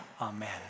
Amen